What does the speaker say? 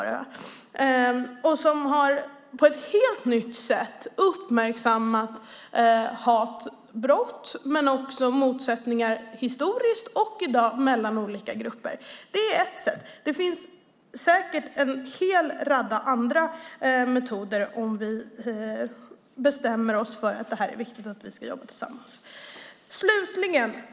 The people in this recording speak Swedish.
Det har på ett helt nytt sätt uppmärksammat hatbrott och motsättningar mellan olika grupper historiskt och i dag. Det är ett sätt. Det finns säkert en radda andra metoder om vi bestämmer oss för att det är viktigt att vi jobbar tillsammans.